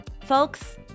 Folks